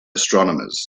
astronomers